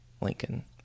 Lincoln